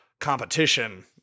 competition